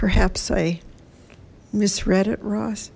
perhaps i misread it ross